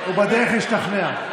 הוא בדרך להשתכנע.